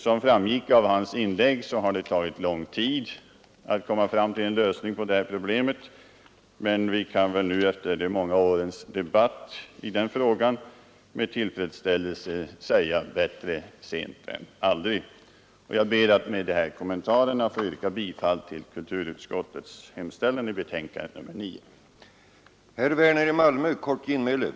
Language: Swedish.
Som framgick av hans inlägg har det tagit lång tid att komma fram till en lösning på detta problem, men vi kan väl nu efter de många årens debatt i den frågan med tillfredsställelse säga: Bättre sent än aldrig. Jag ber att med dessa kommentarer få yrka bifall till kulturutskottets hemställan i betänkande nr 9.